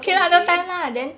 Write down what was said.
okay